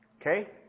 Okay